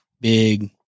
big